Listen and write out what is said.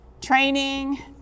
Training